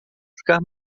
ficar